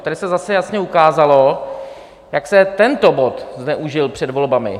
Tady se zase jasně ukázalo, jak se tento bod zneužil před volbami.